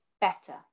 better